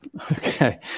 Okay